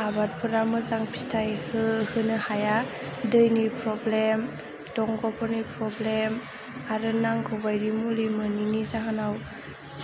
आबादफोरा मोजां फिथाय होनो हाया दैनि प्रब्लेम दंखलफोरनि प्रब्लेम आरो नांगौबायदि मुलि मोनैनि जाहोनाव